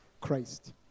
Christ